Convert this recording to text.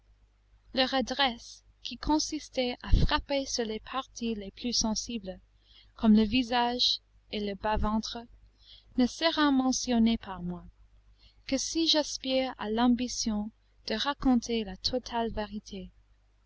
leur adresse qui consistait à frapper sur les parties les plus sensibles comme le visage et le bas-ventre ne sera mentionnée par moi que si j'aspire à l'ambition de raconter la totale vérité